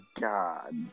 God